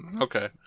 Okay